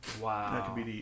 wow